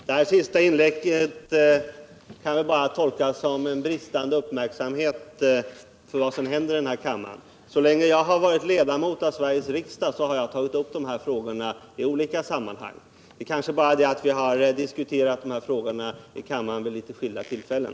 Herr talman! Det senaste inlägget kan jag bara tolka som ett uttryck för bristande uppmärksamhet på vad som händer i den här kammaren. Så länge jag varit ledamot av Sveriges riksdag har jag tagit upp de här frågorna i olika sammanhang. Det kanske bara är så att vi diskuterat dessa frågor i kammaren vid litet skilda tillfällen.